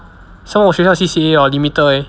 some more 我学校 C_C_A hor limited leh